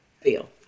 feel